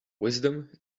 wisdom